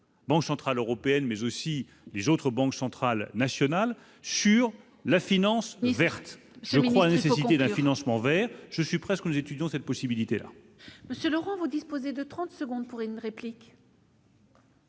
Bon centrale européenne mais aussi les autres banques centrales nationales sur la finance verte, je crois, nécessité d'un financement vers je suis presque nous étudions cette possibilité là. Monsieur Laurent, vous disposez de 30 secondes pour une réplique.